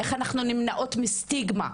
איך אנחנו נמנעות מסטיגמה,